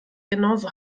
genauso